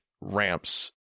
ramps